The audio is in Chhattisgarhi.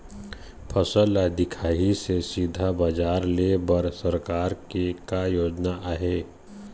फसल ला दिखाही से सीधा बजार लेय बर सरकार के का योजना आहे?